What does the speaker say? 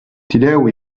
tireu